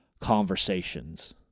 conversations